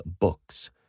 books